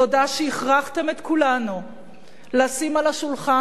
תודה שהכרחתם את כולנו לשים על השולחן